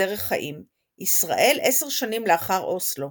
כדרך חיים ישראל 10 שנים לאחר אוסלו",